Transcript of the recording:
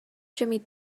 jimmy